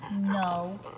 No